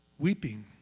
Weeping